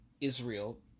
Israel